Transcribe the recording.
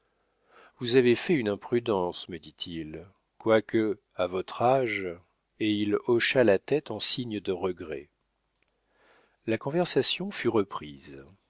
vous avez fait une imprudence me dit-il quoique à votre âge et il hocha la tête en signe de regret la conversation fut reprise